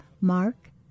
Mark